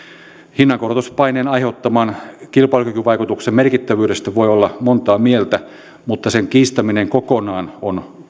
hinnankorotuspaineen aiheuttaman kilpailukykyvaikutuksen merkittävyydestä voi olla montaa mieltä mutta sen kiistäminen kokonaan on